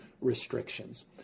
restrictions